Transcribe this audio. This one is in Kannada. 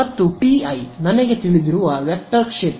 ಮತ್ತು T i ನನಗೆ ತಿಳಿದಿರುವ ವೆಕ್ಟರ್ ಕ್ಷೇತ್ರ